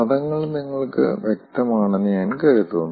പദങ്ങൾ നിങ്ങൾക്ക് വ്യക്തമാണെന്ന് ഞാൻ കരുതുന്നു